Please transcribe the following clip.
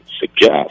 suggest